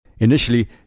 Initially